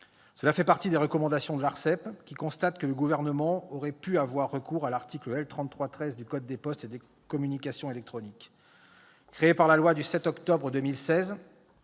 Cela fait partie des recommandations de l'ARCEP, qui constate que le Gouvernement aurait pu avoir recours à l'article L. 33-13 du code des postes et des communications électroniques. Créé par la loi du 7 octobre 2016